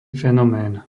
fenomén